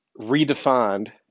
redefined